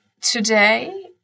Today